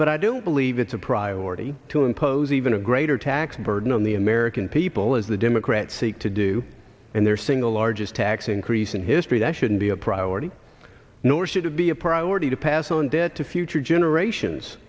but i don't believe it's a priority to impose even a greater tax burden on the american people as the democrats seek to do and their single largest tax increase in history that shouldn't be a priority nor should it be a priority to pass on debt to future generations